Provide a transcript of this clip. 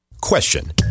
Question